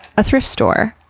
a thrift store,